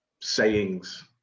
sayings